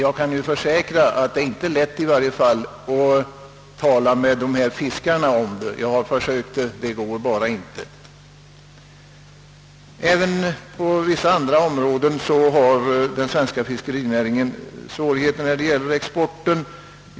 Jag kan försäkra att det inte är lätt att tala med dessa fiskare om nämnda samarbete — jag har försökt, men det går bara inte. Även på vissa andra områden har den svenska fiskerinäringen svårigheter med exporten.